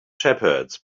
shepherds